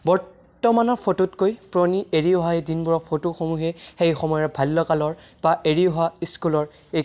বৰ্তমানৰ ফটোতকৈ পুৰণি এৰি অহা এই দিনবোৰৰ ফটোসমূহে সেই সময়ৰ বাল্যকালৰ বা এৰি অহা স্কুলৰ এই